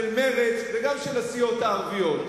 של מרצ וגם של הסיעות הערביות.